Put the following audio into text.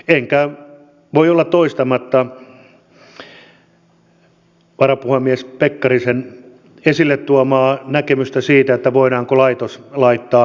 enkä voi olla toistamatta varapuhemies pekkarisen esille tuomaa näkemystä siitä voidaanko laitos laittaa uinumaan